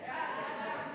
ההצעה